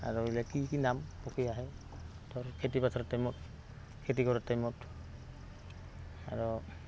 আৰু এইবিলাক কি কি নাম পক্ষী আহে ধৰ খেতি পাথাৰৰ টাইমত খেতি কৰাৰ টাইমত আৰু